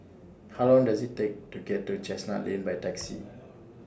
How Long Does IT Take to get to Chestnut Lane By Taxi